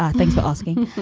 yeah thanks for asking.